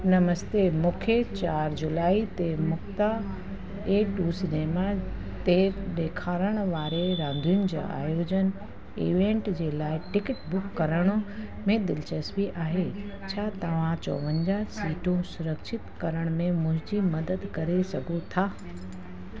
नमस्ते मूंखे चारि जुलाई ते मुक्ता ए टू सिनेमा ते ॾेखारण वारे रांधियुनि जा आयोजन इवेंट जे लाइ टिकट बुक करण में दिलचस्पी आहे छा तव्हां चोवंजाहु सीटूं सुरक्षित करण में मुंहिंजी मदद करे सघो था